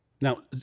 Now